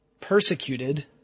persecuted